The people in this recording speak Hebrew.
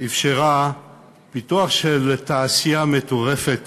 אפשרה פיתוח של תעשייה מטורפת